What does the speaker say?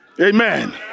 Amen